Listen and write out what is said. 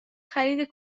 خرید